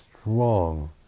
strong